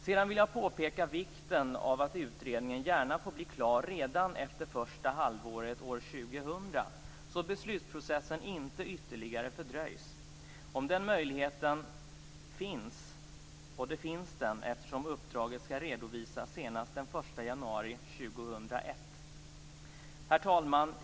Sedan vill jag påpeka vikten av att utredningen gärna får bli klar redan efter första halvåret år 2000, så att beslutsprocessen inte ytterligare fördröjs - om den möjligheten finns, och det gör den eftersom uppdraget skall redovisas senast den 1 januari 2001. Herr talman!